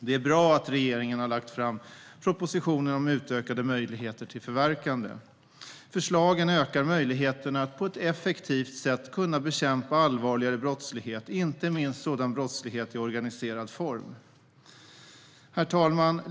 Det är bra att regeringen har lagt fram propositionen om utökade möjligheter till förverkande. Förslagen ökar möjligheterna att på ett effektivt sätt kunna bekämpa allvarligare brottslighet, inte minst sådan brottslighet i organiserad form. Herr talman!